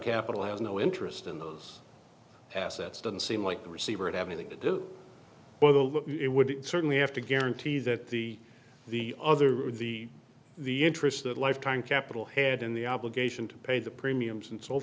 capital has no interest in those assets doesn't seem like the receiver and everything to do with it would certainly have to guarantee that the the other or the the interest that lifetime capital had in the obligation to pay the premiums and so